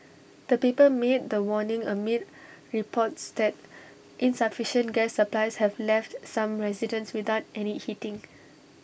the paper made the warning amid reports that insufficient gas supplies have left some residents without any heating